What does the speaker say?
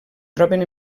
troben